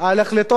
על החלטות הממשלה,